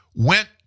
went